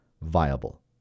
viable